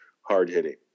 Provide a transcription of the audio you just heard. Hard-hitting